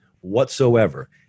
whatsoever